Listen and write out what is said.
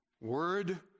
word